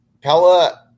Pella –